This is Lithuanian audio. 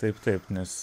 taip taip nes